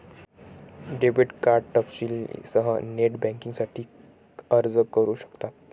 debit card तपशीलांसह net बँकिंगसाठी अर्ज करू शकतात